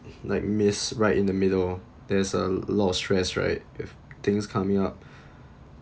like miss right in the middle there's a lot of stress right with things coming up